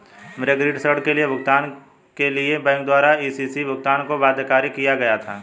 मेरे गृह ऋण के भुगतान के लिए बैंक द्वारा इ.सी.एस भुगतान को बाध्यकारी किया गया था